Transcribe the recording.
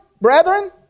brethren